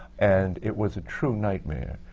and it was a true nightmare.